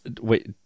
Wait